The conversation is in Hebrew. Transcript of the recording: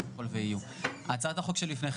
ולדימיר בליאק